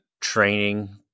training